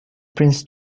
prince